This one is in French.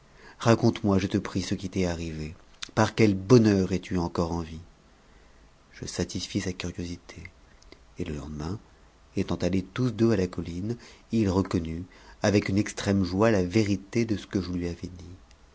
raconte-moi je te prie ce qui t'est arrivé par quel bonheur es-tu encore en vie je satisfis sa curiosité et le lendemain étant allés tous deux à la colline il reconnut avec une extrême joie la vérité de ce que je lui avais dit